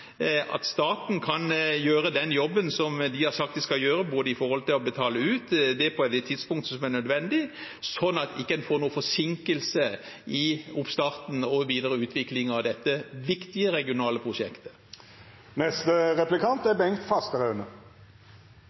og staten kan gjøre den jobben de har sagt de skal gjøre, også når det gjelder å betale ut på et nødvendig tidspunkt, slik at man ikke får noen forsinkelse i oppstarten og den videre utviklingen av dette viktige regionale prosjektet. Det foreslås 150 mill. kr i årets budsjett til Nasjonale turistveger, og det er